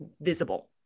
visible